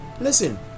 Listen